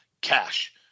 cash